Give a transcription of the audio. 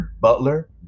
Butler